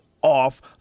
off